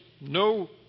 no